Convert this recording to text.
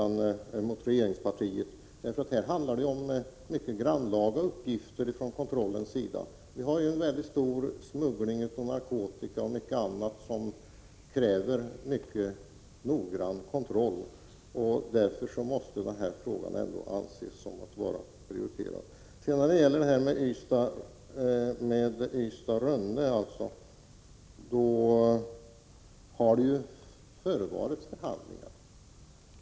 Den kontrollverksamhet som bedrivs är mycket grannlaga. Smugglingen av narkotika och annat kräver en mycket noggrann kontroll. Därför måste den frågan prioriteras. Det har vidare förts förhandlingar om klassificeringen av färjelinjen Ystad— Rönne.